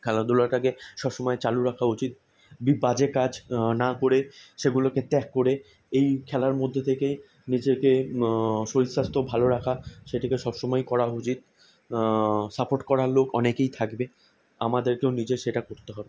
খেলাধুলাটাকে সবসময় চালু রাখা উচিত বি বাজে কাজ না করে সেগুলোকে ত্যাগ করে এই খেলার মধ্যে থেকে নিজেকে শরীর স্বাস্থ্য ভালো রাখা সেটাকে সবসময় করা উচিত সাপোর্ট করার লোক অনেকেই থাকবে আমাদেরকেও নিজে সেটা করতে হবে